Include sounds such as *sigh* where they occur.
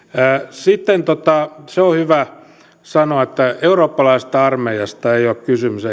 sitten se on hyvä sanoa että eurooppalaisesta armeijasta ei ole kysymys *unintelligible*